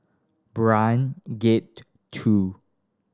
Brani Gate Two